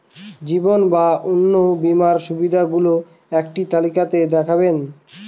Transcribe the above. জীবন বা অন্ন বীমার সুবিধে গুলো একটি তালিকা তে দেখাবেন?